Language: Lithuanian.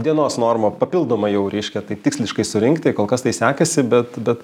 dienos normą papildomai jau reiškia taip tiksliškai surinkti kol kas tai sekasi bet bet